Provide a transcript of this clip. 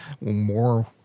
More